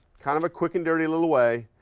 kind of a quick and dirty little way,